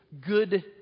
good